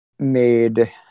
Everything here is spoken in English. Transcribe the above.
made